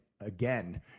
again